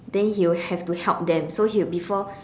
then he will have to help them so he will before